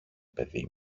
παιδί